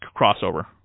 crossover